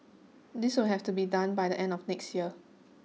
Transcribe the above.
this will have to be done by the end of next year